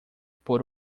por